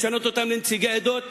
לשנות אותם לנציגי עדות?